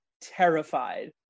terrified